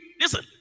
listen